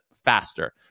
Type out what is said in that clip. Faster